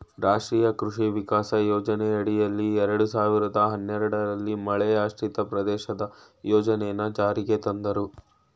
ರಾಷ್ಟ್ರೀಯ ಕೃಷಿ ವಿಕಾಸ ಯೋಜನೆಯಡಿಯಲ್ಲಿ ಎರಡ್ ಸಾವಿರ್ದ ಹನ್ನೆರಡಲ್ಲಿ ಮಳೆಯಾಶ್ರಿತ ಪ್ರದೇಶದ ಯೋಜನೆನ ಜಾರಿಗ್ ತಂದ್ರು